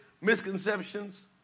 misconceptions